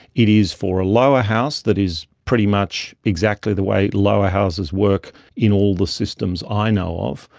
it is for a lower house that is pretty much exactly the way lower houses work in all the systems i know of,